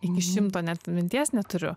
iki šimto net minties neturiu